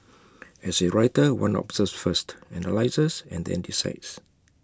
as A writer one observes first analyses and then decides